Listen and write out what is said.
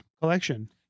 collection